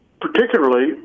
Particularly